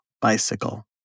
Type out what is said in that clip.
bicycle